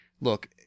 Look